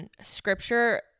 scripture